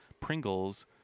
Pringles